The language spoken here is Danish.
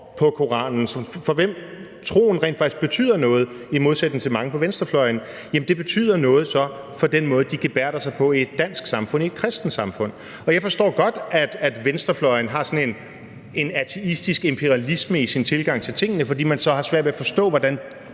på Koranen – for hvem troen rent faktisk betyder noget i modsætning til mange på venstrefløjen – betyder noget for den måde, de gebærder sig på i et dansk samfund, i et kristent samfund. Jeg forstår godt, at venstrefløjen har sådan en ateistisk imperialisme i sin tilgang til tingene, fordi man så har svært ved at forstå, hvordan